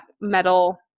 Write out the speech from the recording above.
metal